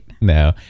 No